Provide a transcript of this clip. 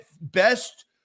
best